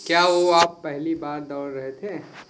क्या वो आप पहली बार दौड़े थे